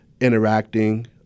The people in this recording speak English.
interacting